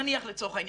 נניח לצורך העניין,